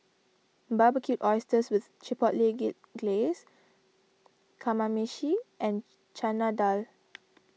Barbecued Oysters with Chipotle Glaze Kamameshi and Chana Dal